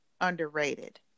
underrated